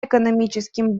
экономическим